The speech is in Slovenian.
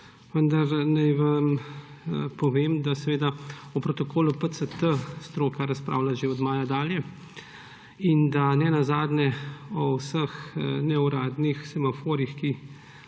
Vendar naj vam povem, da o protokolu PCT stroka razpravlja že od maja dalje in da nenazadnje o vseh neuradnih semaforjih, o